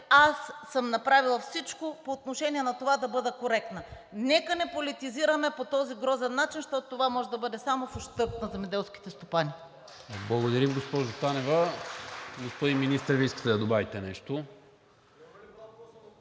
аз съм направила всичко по отношение на това да бъда коректна. Нека не политизираме по този грозен начин, защото това може да бъде само в ущърб на земеделските стопани.